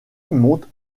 monte